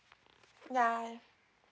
ya